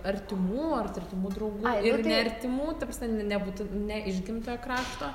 artimų ar artimų draugų ir neartimų ta prasme ne būtų ne iš gimtojo krašto